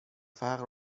فقر